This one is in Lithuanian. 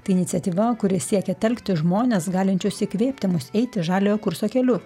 tai iniciatyva kuri siekia telkti žmones galinčius įkvėpti mus eiti žaliojo kurso keliu